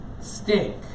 stink